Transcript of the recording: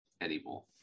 anymore